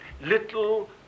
little